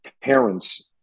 parents